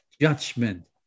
judgment